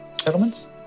settlements